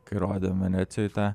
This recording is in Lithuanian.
kai rodėm venecijoj tą